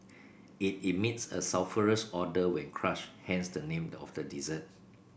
it emits a sulphurous odour when crushed hence the name of the dessert